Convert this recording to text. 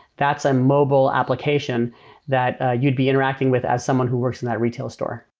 that's a mobile application that you'd be interacting with as someone who works in that retail store